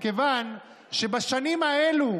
מכיוון שבשנים האלה,